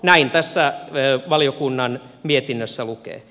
näin tässä valiokunnan mietinnössä lukee